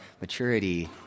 maturity